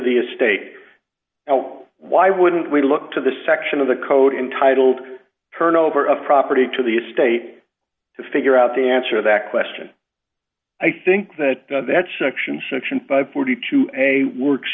the a state now why wouldn't we look to the section of the code entitled turnover of property to the estate to figure out the answer that question i think that that